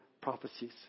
prophecies